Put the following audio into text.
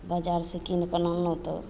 बजारसँ कीनके आनलहुँ तऽ